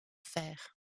fer